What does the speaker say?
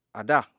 ada